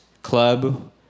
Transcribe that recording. Club